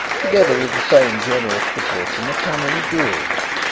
together with the same generous proportion of family jewels.